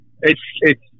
It's—it's